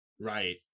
Right